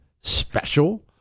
special